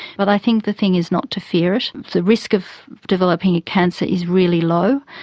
but i think the thing is not to fear it. the risk of developing a cancer is really low.